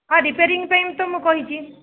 ହଁ ରିପେଆରିଙ୍ଗ ପାଇଁ ତ ମୁଁ କହିଛି